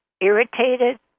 irritated